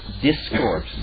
Discourse